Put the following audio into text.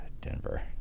Denver